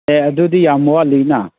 ꯑꯦ ꯑꯗꯨꯗꯤ ꯌꯥꯝ ꯋꯥꯠꯂꯤꯅ